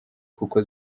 kuko